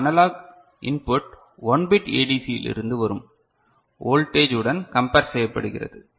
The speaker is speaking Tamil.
இந்த அனலாக் இன்புட் 1 பிட் டிஏசி இலிருந்து வரும் வோல்டேஜ் உடன் கம்பர் செய்யப்படுகிறது